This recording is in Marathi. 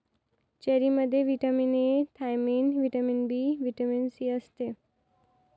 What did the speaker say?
चेरीमध्ये vitamin A, thiamine, vitamin B, vitamin C असते